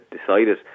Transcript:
decided